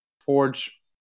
Forge